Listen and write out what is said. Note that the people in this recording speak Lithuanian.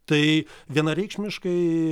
tai vienareikšmiškai